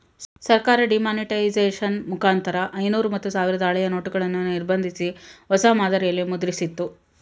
ಸರ್ಕಾರ ಡಿಮಾನಿಟೈಸೇಷನ್ ಮುಖಾಂತರ ಐನೂರು ಮತ್ತು ಸಾವಿರದ ಹಳೆಯ ನೋಟುಗಳನ್ನು ನಿರ್ಬಂಧಿಸಿ, ಹೊಸ ಮಾದರಿಯಲ್ಲಿ ಮುದ್ರಿಸಿತ್ತು